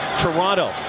Toronto